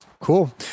Cool